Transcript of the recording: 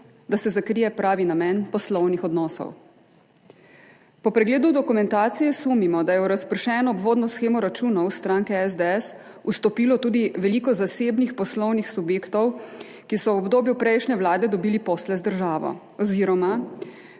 da se zakrije pravi namen poslovnih odnosov. Po pregledu dokumentacije sumimo, da je v razpršeno obvodno shemo računov stranke SDS vstopilo tudi veliko zasebnih poslovnih subjektov, ki so v obdobju prejšnje vlade dobili posle z državo oziroma